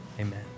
amen